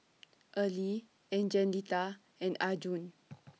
Early Angelita and Arjun